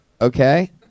Okay